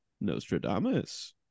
Nostradamus